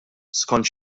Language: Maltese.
skont